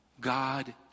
God